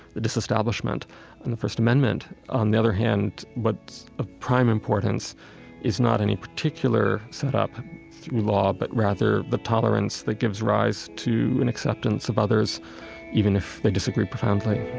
the disestablishment and the first amendment. on the other hand, what's of prime importance is not any particular set up through law, but rather the tolerance that gives rise to an acceptance of others even if they disagree profoundly